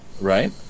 right